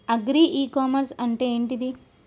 Agri e commerce అంటే ఏంటిది?